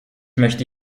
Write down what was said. möchte